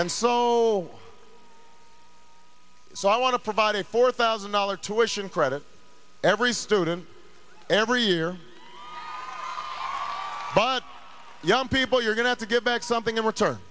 and so so i want to provide a fourth thousand dollars tuition credit every student every year by young people you're going to give back something in return